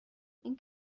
این